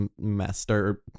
semester